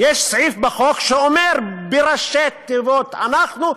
יש סעיף בחוק שאומר בראשי תיבות: אנחנו,